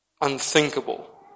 unthinkable